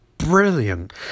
Brilliant